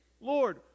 Lord